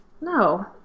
No